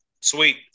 Sweet